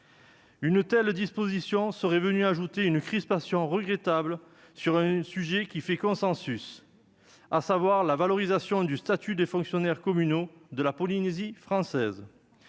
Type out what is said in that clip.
Une telle disposition serait venue ajouter une crispation regrettable sur un sujet qui fait consensus, à savoir la valorisation du statut des fonctionnaires communaux de la Polynésie française.